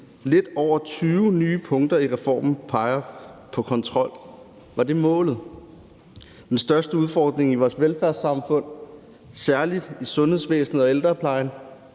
Lidt over 20 nye punkter i reformen peger på kontrol. Var det målet? Den største udfordring i vores velfærdssamfund, særlig i sundhedsvæsenet og ældreplejen,